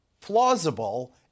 plausible